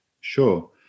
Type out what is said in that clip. Sure